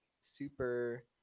super